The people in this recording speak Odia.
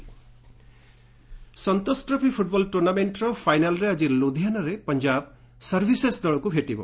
ସନ୍ତୋଷ ଟ୍ରଫି ସନ୍ତୋଷ ଟ୍ରଫି ଫୁଟବଲ ଟୁର୍ଣ୍ଣାମେଣ୍ଟର ଫାଇନାଲରେ ଆଜି ଲୁଧିଆନାରେ ପଞ୍ଜାବ ସର୍ଭିସେସ୍ ଦଳକୁ ଭେଟିବ